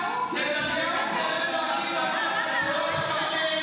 את פוחדת מאור השמש.